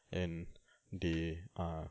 and they ah